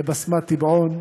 לבסמת-טבעון,